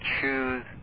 choose